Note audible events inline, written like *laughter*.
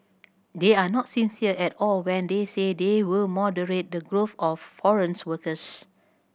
they are not sincere at all when they say they will moderate the growth of foreign *unintelligible* workers